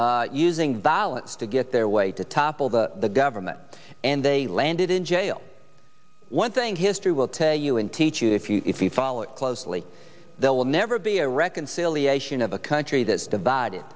using violence to get their way to topple the government and they landed in jail one thing history will tell you and teach you if you if you follow it closely there will never be a reconciliation of a country that is divided